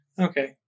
Okay